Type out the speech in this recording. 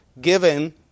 given